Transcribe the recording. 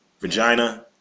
vagina